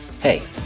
Hey